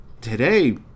today